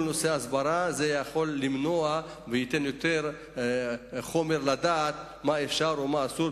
כל נושא ההסברה יכול למנוע ולתת יותר חומר לדעת מה אפשר ומה אסור,